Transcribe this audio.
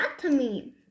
anatomy